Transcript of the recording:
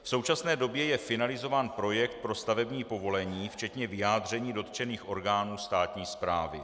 V současné době je finalizován projekt pro stavební povolení včetně vyjádření dotčených orgánů státní správy.